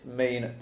main